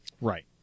Right